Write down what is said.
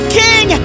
king